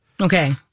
okay